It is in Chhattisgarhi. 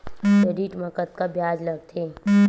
क्रेडिट मा कतका ब्याज लगथे?